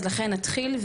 אז לכן נתחיל,